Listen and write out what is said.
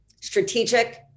strategic